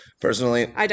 Personally